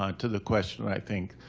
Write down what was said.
um to the question, i think,